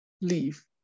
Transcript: leave